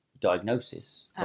Diagnosis